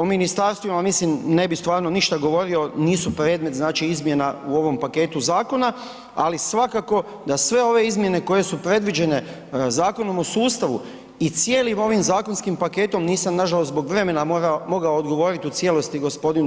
O ministarstvima mislim ne bi stvarno ništa govorio, nisu predmet, znači, izmjena u ovom paketu zakona, ali svakako da sve ove izmjene koje su predviđene Zakonom o sustavu i cijelim ovim zakonskim paketom, nisam nažalost, zbog vremena mogao odgovoriti u cijelosti g.